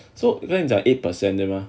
so then 你 just eight percent 对吗